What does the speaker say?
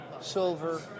silver